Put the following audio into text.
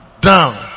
down